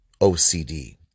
OCD